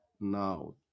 now